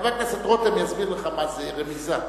חבר הכנסת רותם יסביר לך מה זה רמיזה,